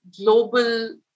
global